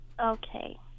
Okay